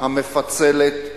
המפצלת.